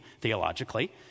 theologically